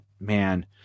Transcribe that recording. man